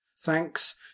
thanks